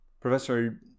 professor